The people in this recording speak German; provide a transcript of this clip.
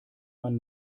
man